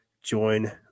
join